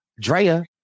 Drea